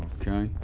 okay